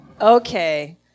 Okay